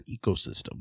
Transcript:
ecosystem